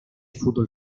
fútbol